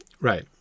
right